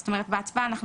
אני מצביע.